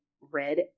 red